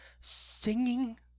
Singing